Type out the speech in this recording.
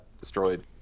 destroyed